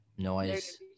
Noise